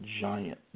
giant